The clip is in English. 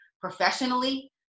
professionally